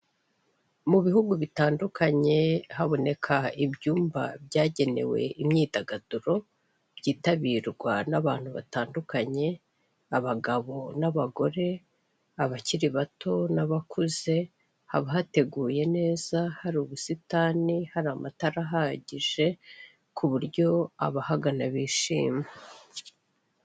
Mu bihugu bitandukanye haboneka ibyumba byagenewe imyidagaduro byitabirwa n'abantu batandukanye, abagabo n'abagore, abakiri bato n'abakuze, haba hateguye neza, hari ubusitani, hari amatara ahagije ku buryo abahagana bishima.